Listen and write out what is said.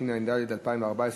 התשע"ד 2014,